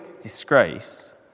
disgrace